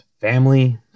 family